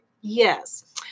Yes